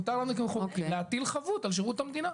מותר ל- -- חוק להטיל חבות על שירות המדינה.